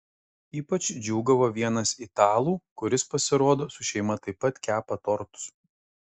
ypač džiūgavo vienas italų kuris pasirodo su šeima taip pat kepa tortus